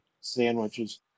sandwiches